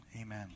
Amen